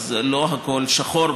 אז לא הכול שחור,